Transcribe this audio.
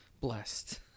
blessed